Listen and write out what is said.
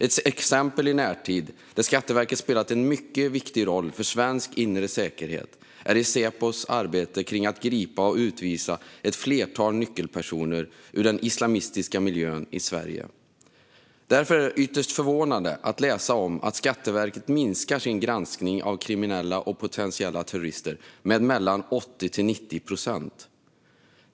Ett exempel i närtid där Skatteverket spelat en mycket viktig roll för svensk inre säkerhet är i Säpos arbete med att gripa och utvisa ett flertal nyckelpersoner ur den islamistiska miljön i Sverige. Därför är det ytterst förvånande att läsa att Skatteverket minskar sin granskning av kriminella och potentiella terrorister med 80-90 procent.